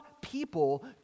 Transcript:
people